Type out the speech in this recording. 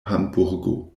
hamburgo